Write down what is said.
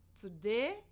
today